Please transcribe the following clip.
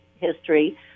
history